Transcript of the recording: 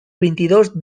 veintidós